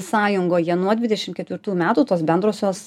sąjungoje nuo dvidešim ketvirtų metų tos bendrosios